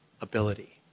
ability